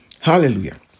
Hallelujah